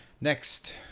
Next